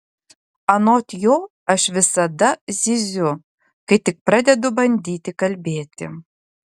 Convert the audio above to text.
anot jo aš visada zyziu kai tik pradedu bandyti kalbėti